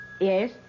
Yes